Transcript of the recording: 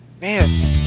Man